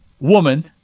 woman